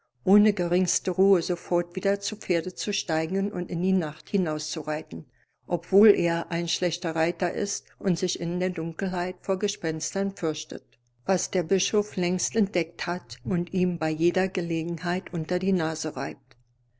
ohne geringste ruhe sofort wieder zu pferde zu steigen und in die nacht hinauszureiten obwohl er ein schlechter reiter ist und sich in der dunkelheit vor gespenstern fürchtet was der bischof längst entdeckt hat und ihm bei jeder gelegenheit unter die nase reibt